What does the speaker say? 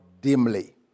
dimly